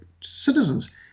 citizens